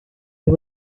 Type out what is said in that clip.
you